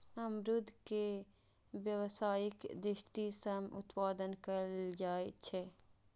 अमरूद के व्यावसायिक दृषि सं उत्पादन कैल जाइ छै